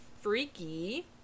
Freaky